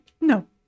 No